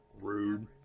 Rude